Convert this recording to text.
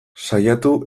saiatu